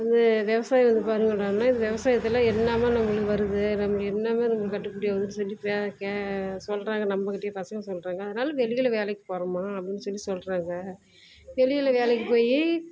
இந்த விவசாயம் வந்து பாருங்கடான்னா இது விவசாயத்தில் என்னம்மா நம்மளுக்கு வருது நம்மளுக்கு என்னம்மா அதில் கட்டிப்படியாகுதுன் சொல்லி சொல்கிறாங்க நம்மக்கிட்டயே பசங்கள் சொல்கிறாங்க அதனால் வெளியில் வேலைக்கு போறேம்மா அப்படினு சொல்லி சொல்கிறாங்க வெளியில் வேலைக்கு போய்